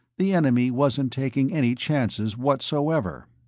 the enemy wasn't taking any chances whatsoever.